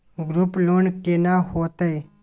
Group loan केना होतै?